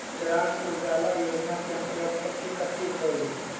ग्राम उजाला योजना के अंतर्गत कथी कथी होई?